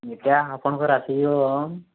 ଦେଖିବା ଆପଣଙ୍କର ଆସିଯିବ